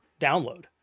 download